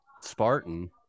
Spartan